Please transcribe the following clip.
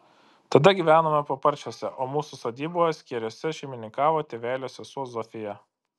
tada gyvenome paparčiuose o mūsų sodyboje skėriuose šeimininkavo tėvelio sesuo zofija